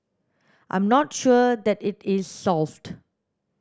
I'm not sure that it is solved